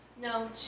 No